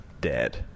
dead